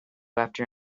after